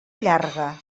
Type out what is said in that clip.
llarga